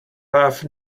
rough